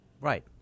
Right